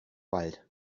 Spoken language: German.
wald